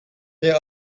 there